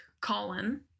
Colin